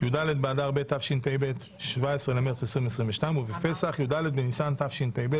(י"ד באדר ב' התשפ"ב 17.3.2022) ובפסח (י"ד בניסן התשפ"ב